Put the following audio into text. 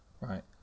Right